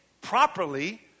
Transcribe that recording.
properly